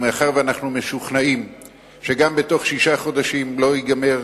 ומאחר שאנחנו משוכנעים שגם בתוך שישה חודשים לא ייגמר